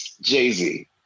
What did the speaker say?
Jay-Z